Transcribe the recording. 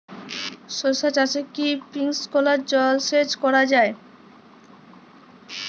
শশা চাষে কি স্প্রিঙ্কলার জলসেচ করা যায়?